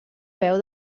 veu